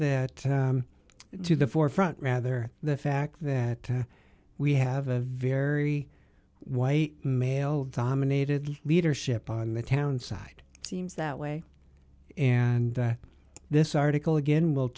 to the forefront rather the fact that we have a very white male dominated leadership on the town side seems that way and this article again will